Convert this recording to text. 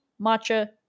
matcha